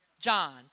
John